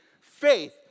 faith